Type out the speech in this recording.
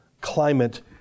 climate